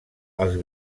els